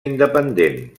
independent